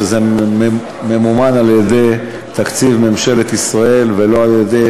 שזה ממומן על-ידי תקציב ממשלת ישראל ולא על-ידי